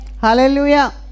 hallelujah